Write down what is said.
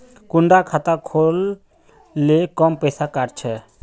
कुंडा खाता खोल ले कम पैसा काट छे?